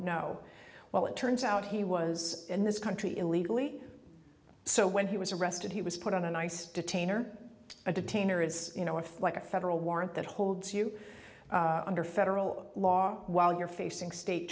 no well it turns out he was in this country illegally so when he was arrested he was put on a nice detainer a detainer as you know with like a federal warrant that holds you under federal law while you're facing state